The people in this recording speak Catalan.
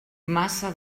massa